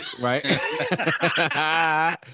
Right